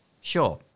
Sure